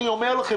אני אומר לכם,